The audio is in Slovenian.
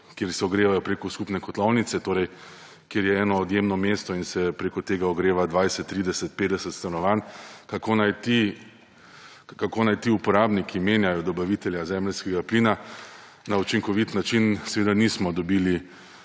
kjer se ogrevajo preko skupne kotlovnice, torej kjer je eno odjemno mesto in se preko tega ogreva 20, 30, 50 stanovanj, kako naj ti uporabniki menjajo dobavitelja zemeljskega plina na učinkovit način, seveda nismo dobili